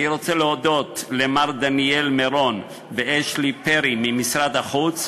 אני רוצה להודות למר דניאל מירון ואשלי פרי ממשרד החוץ,